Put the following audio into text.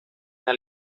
una